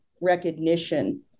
recognition